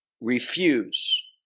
refuse